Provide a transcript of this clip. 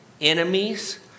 enemies